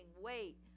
wait